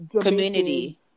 community